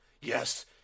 Yes